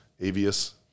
AVIUS